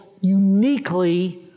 Uniquely